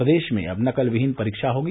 प्रदेश में अब नकल विहीन परीक्षा होगी